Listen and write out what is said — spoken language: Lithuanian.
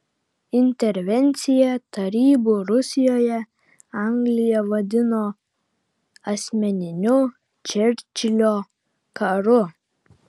intervenciją tarybų rusijoje anglija vadino asmeniniu čerčilio karu